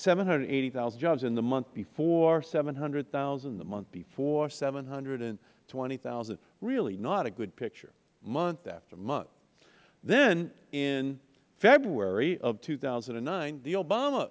seven hundred and eighty thousand jobs in the month before seven hundred thousand the month before seven hundred and twenty thousand really not a good picture month after month then in february of two thousand and nine